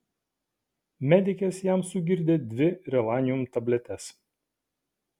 medikės jam sugirdė dvi relanium tabletes